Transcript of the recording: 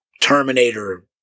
Terminator